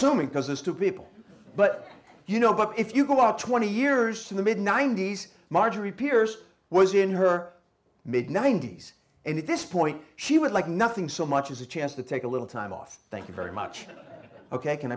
because there's two people but you know but if you go up twenty years in the mid ninety's marjorie pierce was in her mid ninety's and at this point she would like nothing so much as a chance to take a little time off thank you very much ok can